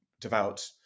devout